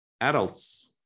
adults